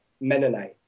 Mennonite